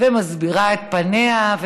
ומסבירה את פניה.